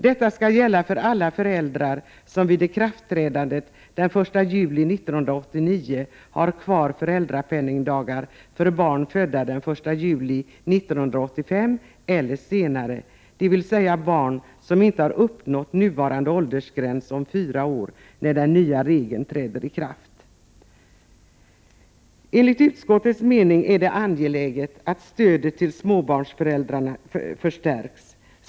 Detta skall gälla för alla föräldrar som vid ikraftträdandet den 1 juli 1989 har dagar med föräldrapenning kvar för barn födda den 1 juli 1985 eller senare, dvs. barn som inte har uppnått nuvarande åldersgräns om fyra år när den nya regeln träder i kraft. Enligt utskottets mening är det angeläget att stödet till småbarnsföräldrarna förstärks.